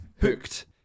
Hooked